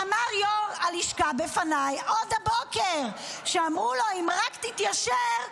אמר יו"ר הלשכה בפניי עוד הבוקר שאמרו לו: אם רק תתיישר,